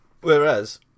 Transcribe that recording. Whereas